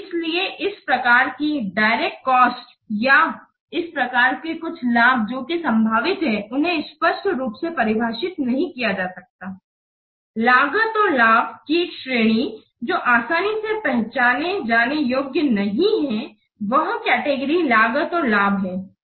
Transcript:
इसलिए इस प्रकार की डायरेक्ट कॉस्ट या इस प्रकार के कुछ लाभ जो कि सम्भवित है उन्हें स्पष्ट रूप से परिभाषित नहीं किया जा सकता हैl लागत या लाभ की एक श्रेणी जो आसानी से पहचाने जाने योग्य नहीं है वह केटेगरी लागत और लाभ है